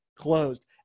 closed